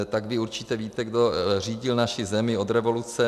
Tak vy určitě víte, kdo řídil naši zemi od revoluce.